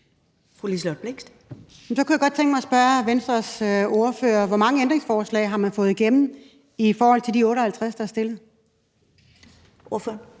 Liselott Blixt (DF): Så kunne jeg godt tænke mig at spørge Venstres ordfører om, hvor mange ændringsforslag man har fået igennem i forhold til de 58, der er stillet? Kl.